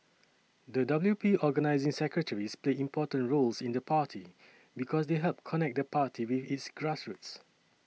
the W P organising secretaries play important roles in the party because they help connect the party with its grassroots